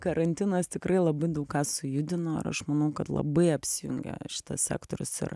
karantinas tikrai labai daug ką sujudino ir aš manau kad labai apsijungia šitas sektorius ir